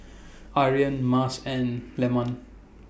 Aryan Mas and Leman